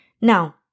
Now